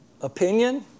opinion